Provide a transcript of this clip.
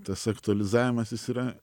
tas aktualizavimas jis yra